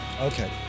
Okay